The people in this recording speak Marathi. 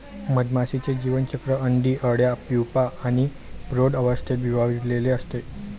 मधमाशीचे जीवनचक्र अंडी, अळ्या, प्यूपा आणि प्रौढ अवस्थेत विभागलेले असते